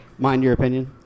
mindyouropinion